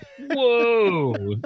Whoa